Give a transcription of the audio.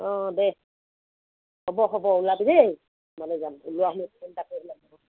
অঁ দে হ'ব হ'ব ওলাবি দেই মই লৈ যাম ওলোৱাৰ সময়ত ফ'ন এটা কৰি ওলাবি